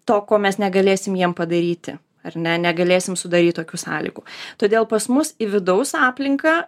to ko mes negalėsim jiem padaryti ar ne negalėsim sudaryt tokių sąlygų todėl pas mus į vidaus aplinką